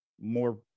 more